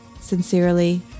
Sincerely